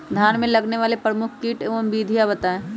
धान में लगने वाले प्रमुख कीट एवं विधियां बताएं?